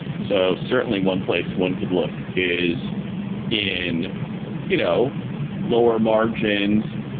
so certainly, one place one could look is in you know lower margins,